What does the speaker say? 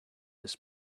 this